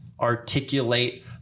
articulate